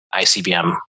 ICBM